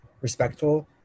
respectful